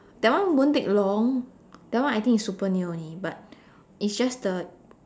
that one won't take long that one I think is super near only but it's just the